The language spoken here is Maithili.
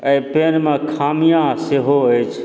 एहि पेनमे खामिआँ सेहो अछि